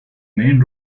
main